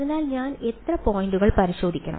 അതിനാൽ ഞാൻ എത്ര പോയിന്റുകൾ പരിശോധിക്കണം